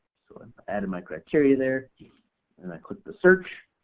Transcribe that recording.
so and added my criteria there and i click the search.